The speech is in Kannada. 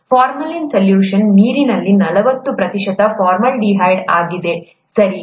ಫಾರ್ಮಾಲಿನ್ ಸಲ್ಯೂಷನ್ ನೀರಿನಲ್ಲಿ ನಲವತ್ತು ಪ್ರತಿಶತ ಫಾರ್ಮಾಲ್ಡಿಹೈಡ್ ಆಗಿದೆ ಸರಿ